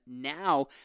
now